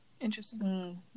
interesting